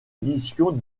édition